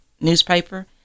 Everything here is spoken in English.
newspaper